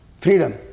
Freedom